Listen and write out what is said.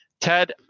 Ted